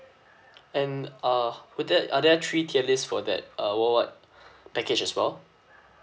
and uh would that are there three tier list for that uh what what package as well